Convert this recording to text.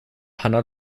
hanna